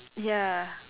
ya